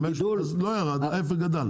אז לא ירד, ההיפך, גדל.